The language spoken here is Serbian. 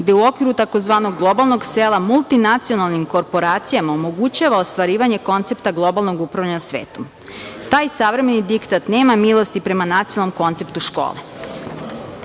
gde u okviru tzv. globalnog sela multinacionalnim korporacijama omogućava ostvarivanje koncepta globalnog upravljanja svetom. Taj savremeni diktat nema milosti prema nacionalnom konceptu škole. Zato